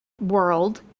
world